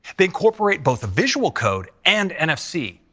they incorporate both visual code and nfc.